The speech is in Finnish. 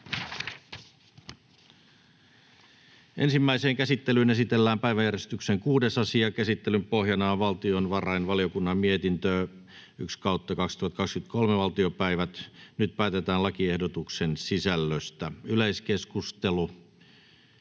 Ensimmäiseen käsittelyyn esitellään päiväjärjestyksen 6. asia. Käsittelyn pohjana on valtiovarainvaliokunnan mietintö VaVM 1/2023 vp. Nyt päätetään lakiehdotuksen sisällöstä. — Yleiskeskustelu,